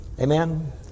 Amen